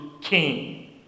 king